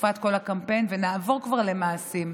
בתקופת כל הקמפיין ונעבור כבר למעשים,